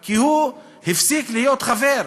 כי הוא הפסיק להיות חבר,